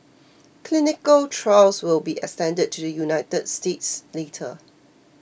clinical trials will be extended to the United States later